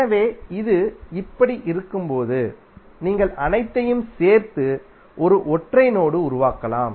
எனவே இது இப்படி இருக்கும்போது நீங்கள் அனைத்தையும் சேர்த்து ஒரு ஒற்றை நோடு உருவாக்கலாம்